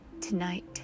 Tonight